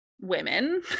women